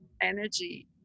energy